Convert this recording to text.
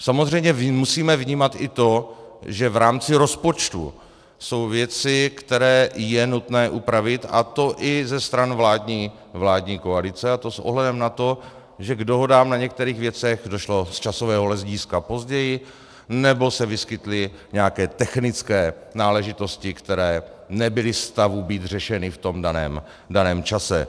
Samozřejmě musíme vnímat i to, že v rámci rozpočtu jsou věci, které je nutné upravit, a to i ze stran vládní koalice, a to s ohledem na to, že k dohodám na některých věcech došlo z časového hlediska později nebo se vyskytly nějaké technické náležitosti, které nebyly v stavu být řešeny v tom daném čase.